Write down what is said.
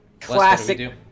Classic